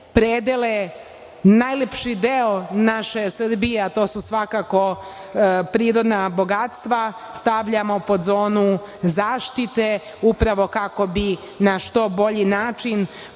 predele, najlepši deo naše Srbije, a to su svakako prirodna bogatstva, stavljamo pod zonu zaštite upravo kako bi naš što bolji način